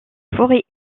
forêts